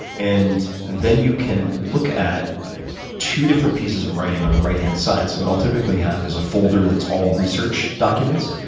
and then you can look at two different pieces of writing on the right-hand side. so what i'll typically have is a folder that's all research documents,